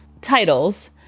titles